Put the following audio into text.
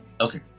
Okay